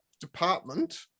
department